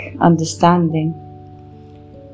understanding